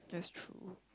that's true